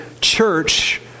church